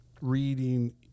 reading